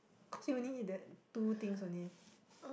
cause you only eat that two things only